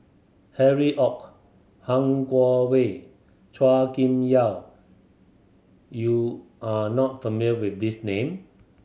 Harry Ord Han Guangwei Chua Kim Yeow you are not familiar with these name